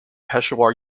peshawar